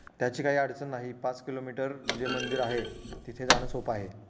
त्याची काही अडचण नाही पाच किलोमीटर जे मंदिर आहे तिथे जाणं सोपं आहे